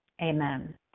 amen